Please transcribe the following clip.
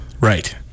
Right